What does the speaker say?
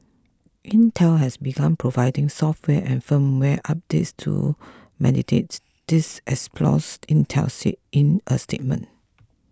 intel has begun providing software and firmware updates to mitigate these exploits Intel say in a statement